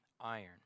iron